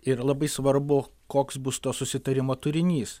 ir labai svarbu koks bus to susitarimo turinys